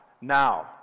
now